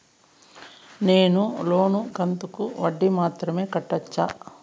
నేను లోను కంతుకు వడ్డీ మాత్రం కట్టొచ్చా?